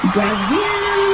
Brazil